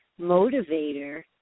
motivator